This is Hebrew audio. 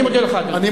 אני מודה לך, אדוני.